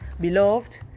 Beloved